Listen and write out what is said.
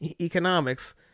economics